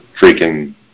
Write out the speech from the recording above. freaking